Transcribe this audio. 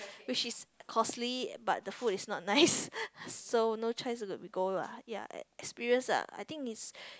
which is costly but the food is not nice so no choice we go lah ya experience the I think is